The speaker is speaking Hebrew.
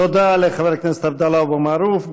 תודה לחבר הכנסת עבדאללה אבו מערוף.